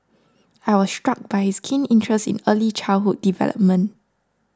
I was struck by his keen interest in early childhood development